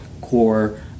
core